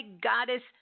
goddess